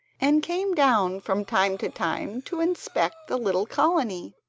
and came down from time to time to inspect the little colony.